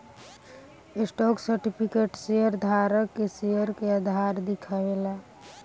stock certificate share धारक के share के अधिकार दिखावे ला